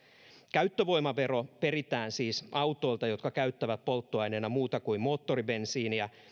käyttövoimavero peritään siis autoilta jotka käyttävät polttoaineena muuta kuin moottoribensiiniä